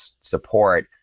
support